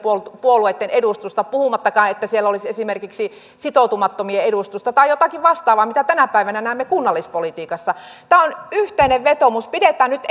puolueitten edustusta puhumattakaan siitä että siellä olisi esimerkiksi sitoutumattomien edustusta tai jotakin vastaavaa mitä tänä päivänä näemme kunnallispolitiikassa tämä on yhteinen vetoomus pidetään nyt